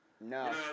No